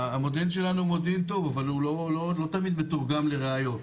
המודיעין שלנו הוא מודיעין טוב אבל הוא לא תמיד בטוב גם לראיות.